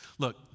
Look